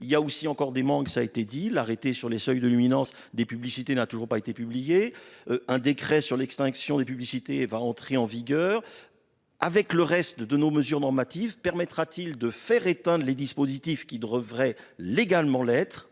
il y a aussi encore des mangues, ça a été dit l'arrêté sur les seuils de l'imminence des publicités n'a toujours pas été publié. Un décret sur l'extinction des publicités et va entrer en vigueur. Avec le reste de de nos mesures normatives permettra-t-il de faire éteindre les dispositifs qui devrait légalement lettre